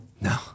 No